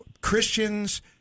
Christians